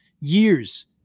years